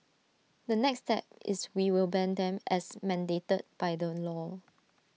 the next step is we will ban them as mandated by the law